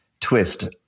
twist